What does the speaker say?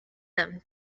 them